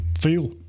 feel